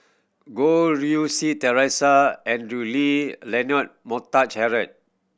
Goh Rui Si Theresa Andrew Lee Leonard Montague Harrod